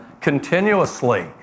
continuously